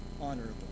honorable